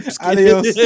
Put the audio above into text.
Adios